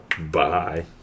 Bye